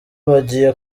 bagiye